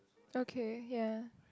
okay ya